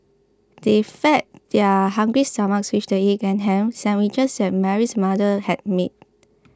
they fed their hungry stomachs with the egg and ham sandwiches that Mary's mother had made